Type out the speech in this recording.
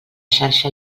xarxa